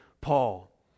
Paul